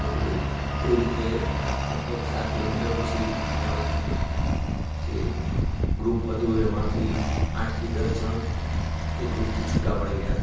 તો એ રીતે લગભગ ચાર કિલોમીટર પછી અમારે જે ગ્રુપ હતું એમાંથી આઠ થી દસ જણ એ ગ્રૂપથી છૂટા પડી ગયા